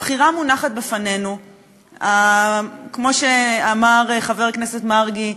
הבחירה מונחת בפנינו, וכמו שאמר חבר הכנסת מרגי,